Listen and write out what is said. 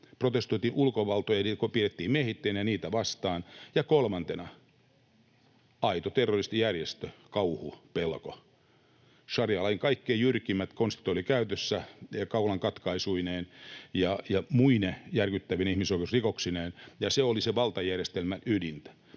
Protestoitiin ulkovaltoja — eli niitä, joita pidettiin miehittäjinä — vastaan. Ja kolmantena — aito terroristijärjestö — kauhu, pelko. Šarialain kaikkein jyrkimmät konstit olivat käytössä kaulan katkaisuineen ja muine järkyttävine ihmisoikeusrikoksineen, ja se oli sen valtajärjestelmän ydintä.